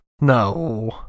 No